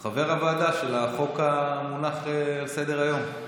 חבר הוועדה של החוק המונח על סדר-היום.